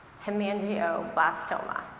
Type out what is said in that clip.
Hemangioblastoma